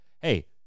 Hey